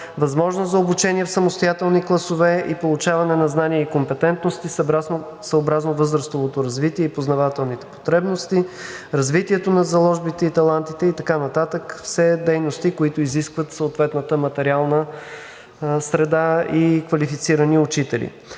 възможност за обучение в самостоятелни класове и получаване на знания и компетентност и съобразно възрастовото развитие и познавателните потребности, развитието на заложбите и талантите и така нататък – все дейности, които изискват съответната материална среда и квалифицирани учители.